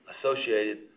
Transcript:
associated